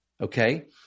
okay